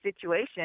situation